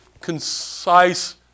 concise